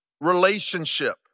relationship